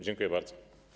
Dziękuję bardzo.